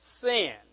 sin